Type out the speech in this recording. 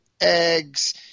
eggs